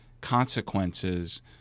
consequences